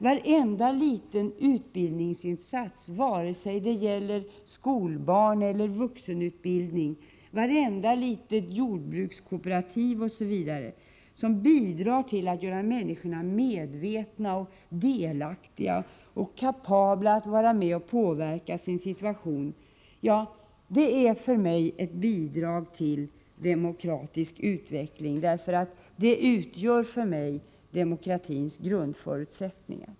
Varenda liten utbildningsinsats — vare sig det gäller skolbarn eller vuxenutbildning — vartenda litet jordbrukskooperativ osv. bidrar till att göra människorna medvetna, delaktiga och kapabla att vara med och påverka sin situation. Detta är för mig ett bidrag till demokratisk utveckling. Det utgör för mig demokratins grundförutsättningar.